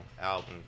album